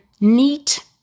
neat